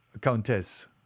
Countess